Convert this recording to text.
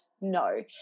No